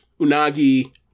Unagi